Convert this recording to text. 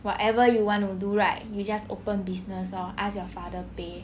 whatever you want to do right you just open business or ask your father pay